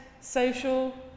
social